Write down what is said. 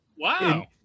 Wow